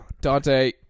Dante